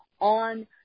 on